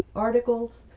articles.